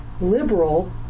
liberal